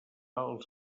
als